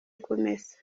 kumesa